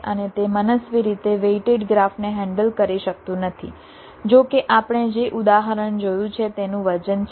અને તે મનસ્વી રીતે વેઇટેડ ગ્રાફને હેન્ડલ કરી શકતું નથી જો કે આપણે જે ઉદાહરણ જોયું છે તેનું વજન છે